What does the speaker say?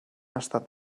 estat